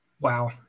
Wow